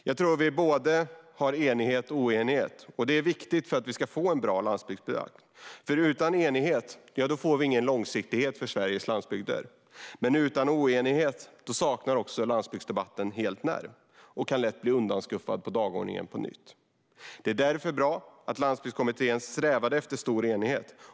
Jag tror att vi har både enighet och oenighet, och det är viktigt för att vi ska få en bra landsbygdsdebatt. Utan enighet blir det ingen långsiktighet för Sveriges landsbygder. Utan oenighet saknar landsbygdsdebatten helt nerv och kan då lätt bli undanskuffad från dagordningen på nytt. Det var därför bra att Landsbygdskommittén strävade efter stor enighet.